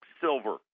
silver